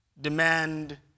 demand